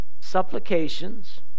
Supplications